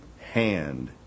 hand